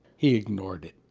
he ignored it.